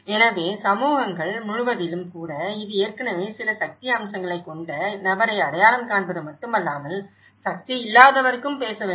எனவே சமூகங்கள் முழுவதிலும் கூட இது ஏற்கனவே சில சக்தி அம்சங்களைக் கொண்ட நபரை அடையாளம் காண்பது மட்டுமல்லாமல் சக்தி இல்லாதவருக்கும் பேச வேண்டும்